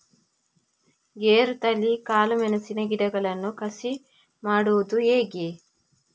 ಗೇರುತಳಿ, ಕಾಳು ಮೆಣಸಿನ ಗಿಡಗಳನ್ನು ಕಸಿ ಮಾಡುವುದು ಹೇಗೆ?